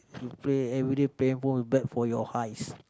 if you play everyday play handphone is bad for your eyes